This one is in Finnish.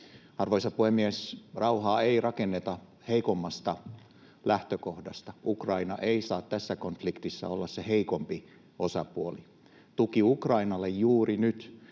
Arvoisa puhemies! Rauhaa ei rakenneta heikommasta lähtökohdasta, Ukraina ei saa tässä konfliktissa olla se heikompi osapuoli. Tuki Ukrainalle juuri nyt